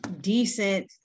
decent